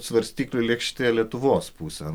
svarstyklių lėkštė lietuvos pusėn